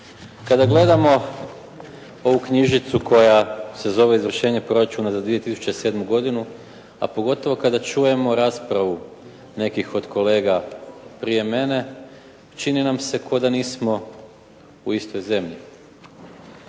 Kada gledamo ovu knjižicu koja se zove Izvršenje proračuna za 2007. godinu, a pogotovo kada čujemo raspravu nekih od kolega prije mene čini nam se ko da nismo u istoj zemlji.